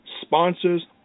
sponsors